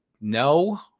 No